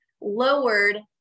lowered